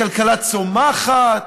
הכלכלה צומחת